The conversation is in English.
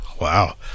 Wow